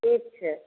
ठीक छै